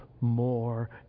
more